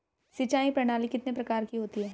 सिंचाई प्रणाली कितने प्रकार की होती हैं?